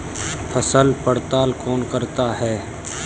फसल पड़ताल कौन करता है?